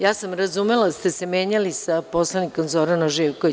Ja sam razumela da ste se menjali sa poslanikom Zoranom Živkovićem.